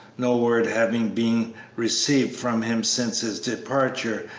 no word having been received from him since his departure,